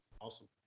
Awesome